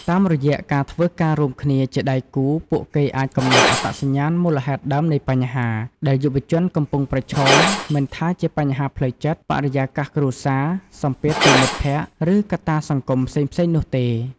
តាមរយៈការធ្វើការរួមគ្នាជាដៃគូ ពួកគេអាច កំណត់អត្តសញ្ញាណមូលហេតុដើមនៃបញ្ហា ដែលយុវជនកំពុងប្រឈម មិនថាជាបញ្ហាផ្លូវចិត្ត បរិយាកាសគ្រួសារ សម្ពាធពីមិត្តភក្តិ ឬកត្តាសង្គមផ្សេងៗនោះទេ។